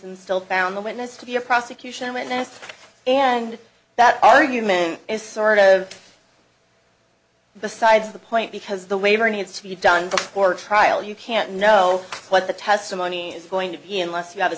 and still found the witness to be a prosecution witness and that argument is sort of the sides of the point because the waiver needs to be done before trial you can't know what the testimony is going to be unless you